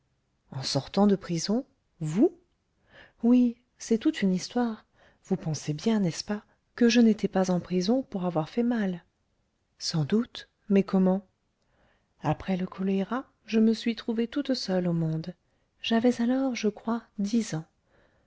en sortant de prison vous oui c'est toute une histoire vous pensez bien n'est-ce pas que je n'étais pas en prison pour avoir fait mal sans doute mais comment après le choléra je me suis trouvée toute seule au monde j'avais alors je crois dix ans